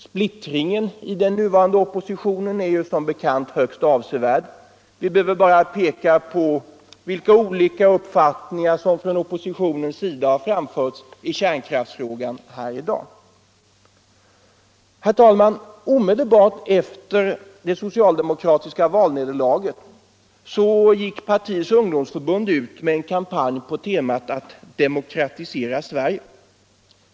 Splittringen i den nuvarande oppositionen är som bekant högst avsevärd. Vi behöver bara peka på vilka olika uppfattningar som från oppositionens sida har framförts i kärnkraftsfrågan här i dag. Herr talman! Omedelbart efter det socialdemokratiska valnederlaget gick partiets ungdomsförbund ut med en kampanj på temat ”Demokratisera Sverige”.